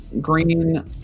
green